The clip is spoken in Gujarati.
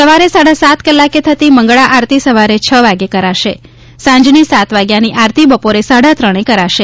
સવારે સાડા સાત કલાકે થતી મંગળા આરતી સવારે છ વાગ્યે કલાકે કરાશે સાંજની સાત વાગ્યાની આરતી બપોરે સાડા ત્રણે કરાશે